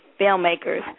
filmmakers